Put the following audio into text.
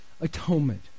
atonement